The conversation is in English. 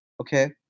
Okay